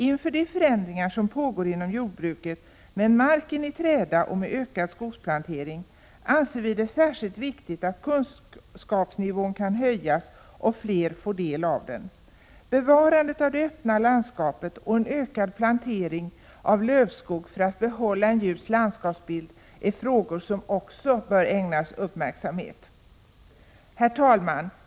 Inför de förändringar som pågår inom jordbruket med marken i träda och ökad skogsplantering anser vi det särskilt viktigt att kunskapsnivån kan höjas och att fler kan få del av kunskapen. Bevarandet av det öppna landskapet och en ökad plantering av lövskog för att behålla en ljus landskapsbild är frågor som också bör ägnas uppmärksamhet. Herr talman!